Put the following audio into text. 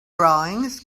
drawings